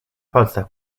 palcach